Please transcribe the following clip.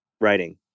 writing